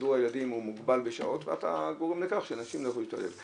סידור הילדים מוגבל בשעות ואתה גורם לכך שנשים לא יוכלו להשתלב.